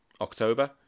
October